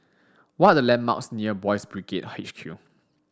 what are the landmarks near Boys' Brigade H Q